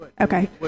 Okay